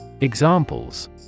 Examples